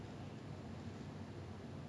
if I'm not wrong ah sivakasi